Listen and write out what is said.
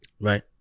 Right